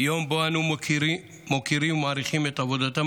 יום שבו אנו מוקירים ומעריכים את עבודתם